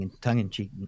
tongue-in-cheek